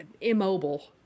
immobile